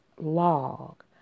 log